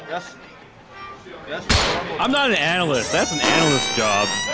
yeah yeah i'm not an analyst, that's an analysts job.